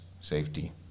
safety